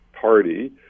party